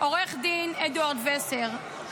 עו"ד אדוארדו ווסר,